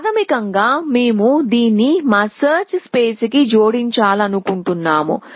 ప్రాథమికంగా మేము దీన్ని మా సెర్చ్ స్పేస్ కి జోడించాలనుకుంటున్నాము